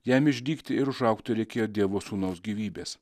jam išdygti ir užaugti reikėjo dievo sūnaus gyvybės